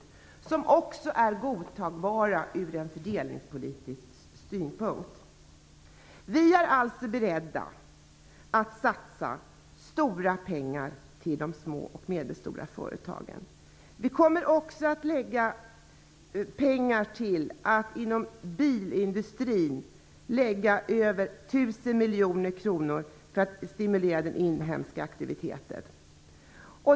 De är också godtagbara ur fördelningspolitisk synpunkt. Vi är alltså beredda att satsa stora pengar till de små och medelstora företagen. Vi kommer också att satsa över 1 000 miljoner kronor på bilindustrin för att stimulera den inhemska aktiviteten.